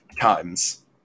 times